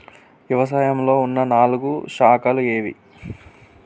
వ్యవసాయంలో ఉన్న నాలుగు శాఖలు ఏవి?